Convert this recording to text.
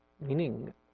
Meaning